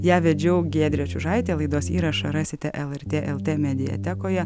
ją vedžiau giedrė čiužaitė laidos įrašą rasite lrt lt mediatekoje